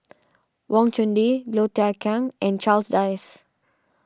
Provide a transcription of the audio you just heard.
Wang Chunde Low Thia Khiang and Charles Dyce